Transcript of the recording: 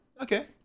Okay